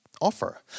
offer